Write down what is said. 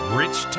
rich